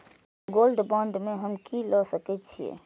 Gold bond में हम की ल सकै छियै?